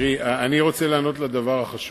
רציתי לשאול דבר אחד: